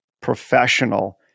professional –